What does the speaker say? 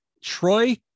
Troy